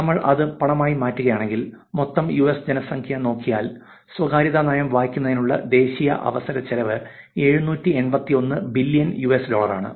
നമ്മൾ അത് പണമാക്കി മാറ്റുകയാണെങ്കിൽ മൊത്തം യുഎസ് ജനസംഖ്യ നോക്കിയാൽ സ്വകാര്യതാ നയം വായിക്കുന്നതിനുള്ള ദേശീയ അവസര ചെലവ് 781 ബില്യൺ യുഎസ് ഡോളറാണ്